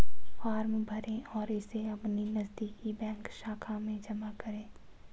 form भरें और इसे अपनी नजदीकी बैंक शाखा में जमा करें